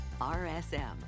RSM